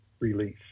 release